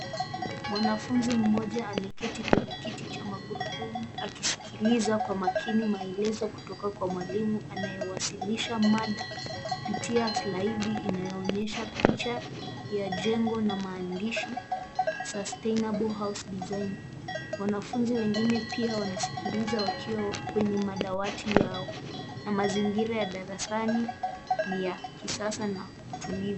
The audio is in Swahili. Mwanafunzi mmoja ameketi kwenye kiti cha magurudumu akisikiliza kwa makini maelezo kutoka kwa mwalimu anayewazilisha mada kupitia slide inaonyesha picha ya jengo na maandishi sustainable house design wanafunzi wengine pia wanasikiliza wakiwa kwenye madawati yao na mazingira ya darasani ni ya kisasa na utulivu.